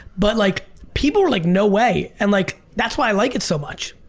but like, people were like no way. and like, that's why i like it so much.